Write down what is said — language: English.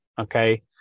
Okay